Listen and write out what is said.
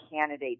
candidate